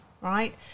Right